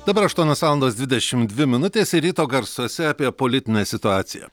dabar aštuonios valandos dvidešim dvi minutės ir ryto garsuose apie politinę situaciją